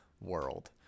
world